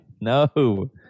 No